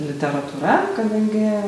literatūra kadangi